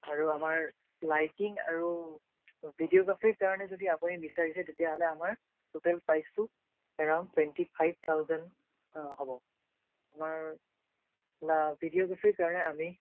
আৰু আমাৰ লাইটিং আৰু ভিডিঅ'গ্ৰাফীৰ কাৰণে যদি আপুনি বিচাৰিছে তেতিয়াহ'লে আমাৰ টোটেল প্ৰাইচটো এৰাউণ্ড টুৱেণ্টি ফাইভ থাউজেণ্ড হ'ব আমাৰ প্লাচ ভিডিঅ'গ্ৰাফীৰ কাৰণে আমি